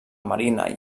marina